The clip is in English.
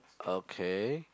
okay